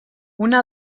una